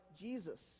Jesus